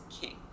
king